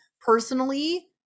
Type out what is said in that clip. personally